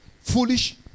Foolish